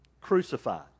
crucified